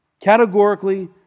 Categorically